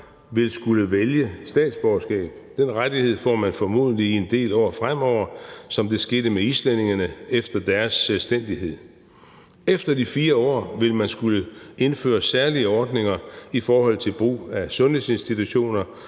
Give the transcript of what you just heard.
vil skulle vælge statsborgerskab. Den rettighed får man formodentlig i en del år fremover, som det skete med islændingene efter deres selvstændighed. Efter de 4 år vil man skulle indføre særlige ordninger i forhold til brug af sundhedsinstitutioner